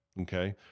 okay